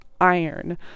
iron